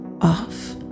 off